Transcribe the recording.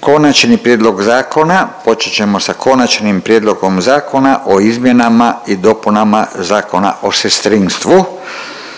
konačni prijedlog zakona, počet ćemo sa Konačnim prijedlogom zakona o izmjenama i dopunama Zakona o sestrinstvu.